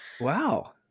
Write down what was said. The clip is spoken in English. wow